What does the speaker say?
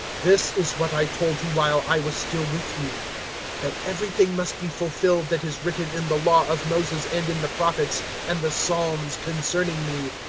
this is what i told you while i was still with you that everything must be fulfilled that is written in the law of moses and in the prophets and the psalms concerning me.